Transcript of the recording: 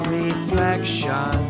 reflection